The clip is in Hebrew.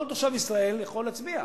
כל תושב ישראל יכול להצביע.